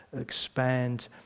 expand